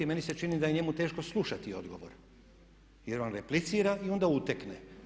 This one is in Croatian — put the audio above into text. Meni se čini da je njemu teško slušati odgovor, jer on replicira i onda utekne.